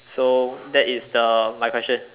so that is the my question